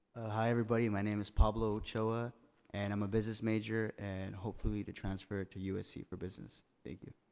hi, everybody. my name is pablo ochoa and i'm a business major and hopefully to transfer to usc for business, thank you.